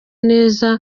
neza